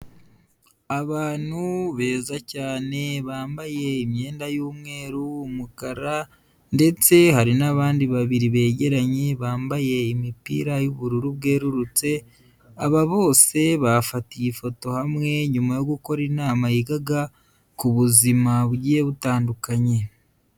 Abantu beza cyane, bambaye imyenda y'umweru, umukara ndetse hari n'abandi babiri, begeranye, bambaye imipira y'ubururu bwerurutse, aba bose bafatiye ifoto hamwe nyuma yo gukora inama yigaga ku buzima bugiye butandukanye.